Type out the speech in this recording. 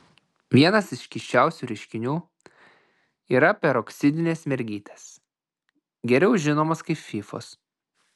vienas iš keisčiausių reiškinių yra peroksidinės mergytės geriau žinomos kaip fyfos